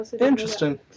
Interesting